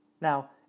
Now